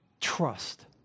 trust